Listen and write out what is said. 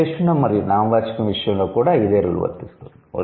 విశేషణం మరియు నామవాచకం విషయంలో కూడా ఇదే రూల్ వర్తిస్తుంది